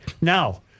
Now